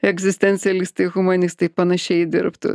egzistencialistai humanistai panašiai dirbtų